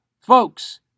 folks